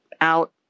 out